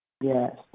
Yes